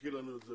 תבדקי לנו את זה.